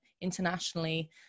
internationally